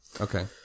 Okay